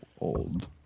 old